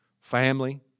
family